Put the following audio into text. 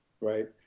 right